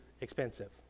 expensive